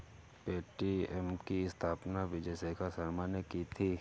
Paytm की स्थापना विजय शेखर शर्मा ने की थी